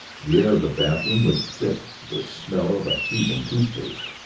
the air of the bathroom was thick with the smell of a heathen toothpaste.